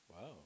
Wow